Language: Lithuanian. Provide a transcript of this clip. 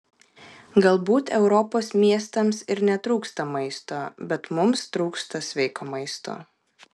galbūt europos miestams ir netrūksta maisto bet mums trūksta sveiko maisto